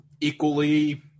equally